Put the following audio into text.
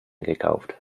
gekauft